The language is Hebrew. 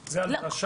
זה על דרשה?